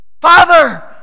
Father